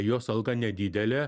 jos alga nedidelė